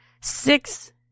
six